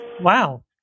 Wow